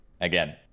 again